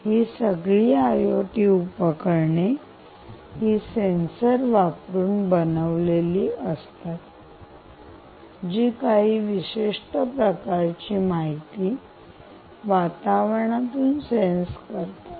ही सगळी आयओटी उपकरणे ही सेंसर वापरून बनवलेली असतात जी काही विशिष्ट प्रकारची माहिती वातावरणातून सेन्स करतात